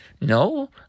No